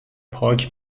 پاک